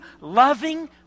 loving